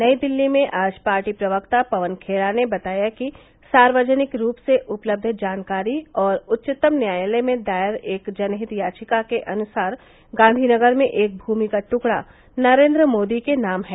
नई दिल्ली में आज पार्टी प्रवक्ता पवन खेड़ा ने बताया कि सार्वजनिक रूप से उपलब्ध जानकारी और उच्चतम न्यायालय में दायर एक जनहित याचिका के अनुसार गांधीनगर में एक भूमि का ट्कड़ा नरेन्द्र मोदी के नाम है